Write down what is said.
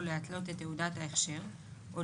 לא --- לא,